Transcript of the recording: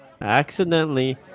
accidentally